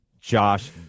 Josh